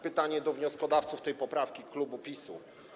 Pytanie do wnioskodawców tej poprawki, klubu PiS-u.